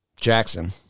Jackson